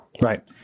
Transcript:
right